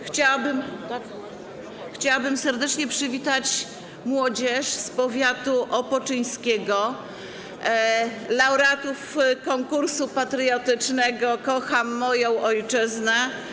Chciałabym serdecznie przywitać młodzież z powiatu opoczyńskiego, laureatów konkursu patriotycznego ˝Kocham moją Ojczyznę˝